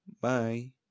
bye